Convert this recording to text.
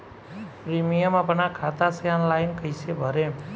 Premium अपना खाता से ऑनलाइन कईसे भरेम?